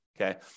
Okay